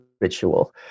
ritual